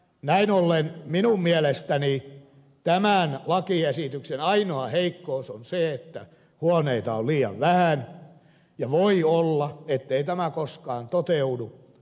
näin ollen minun mielestäni tämän lakiesityksen ainoa heikkous on se että huoneita on liian vähän ja voi olla ettei tämä koskaan toteudu